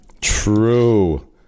True